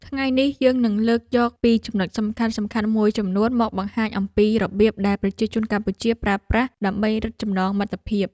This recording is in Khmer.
ថ្ងៃនេះយើងនឹងលើកយកពីចំណុចសំខាន់ៗមួយចំនួនមកបង្ហាញអំពីរបៀបដែលប្រជាជនកម្ពុជាប្រើប្រាស់ដើម្បីរឹតចំណងមិត្តភាព។